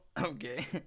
Okay